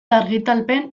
argitalpen